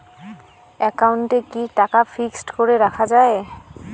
একাউন্টে কি টাকা ফিক্সড করে রাখা যায়?